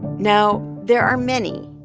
now, there are many,